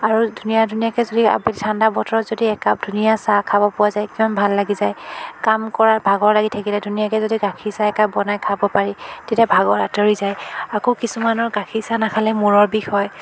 আৰু ধুনীয়া ধুনীয়াকৈ যদি আপুনি ঠাণ্ডা বতৰত যদি একাপ ধুনীয়া চাহ খাব পোৱা যায় কিমান ভাল লাগি যায় কাম কৰাৰ ভাগৰ লাগি থাকিলে ধুনীয়াকৈ যদি গাখীৰ চাহ একাপ বনাই খাব পাৰি তেতিয়া ভাগৰ আঁতৰি যায় আকৌ কিছুমানৰ গাখীৰ চাহ নাখালে মূৰৰ বিষ হয়